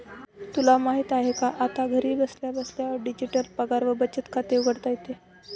तुला माहित आहे का? आता घरी बसल्या बसल्या डिजिटल पगार व बचत खाते उघडता येते